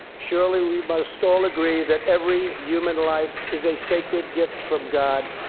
surely we must all agree that every human life is a sacred gift from god.